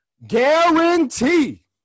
Guarantee